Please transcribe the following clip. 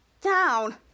down